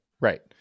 right